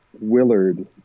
willard